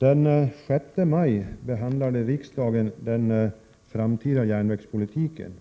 Herr talman! Den 6 maj behandlade riksdagen den framtida järnvägspolitiken.